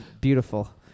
beautiful